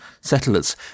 settlers